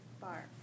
Bar